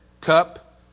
cup